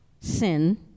sin